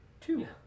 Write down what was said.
two